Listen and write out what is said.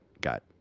got